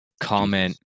comment